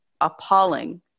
appalling